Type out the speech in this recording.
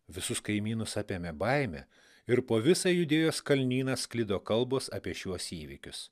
visus kaimynus apėmė baimė ir po visą judėjos kalnyną sklido kalbos apie šiuos įvykius